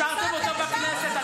השארתם אותו בכנסת.